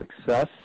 success